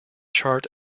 chart